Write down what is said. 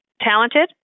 talented